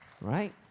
Right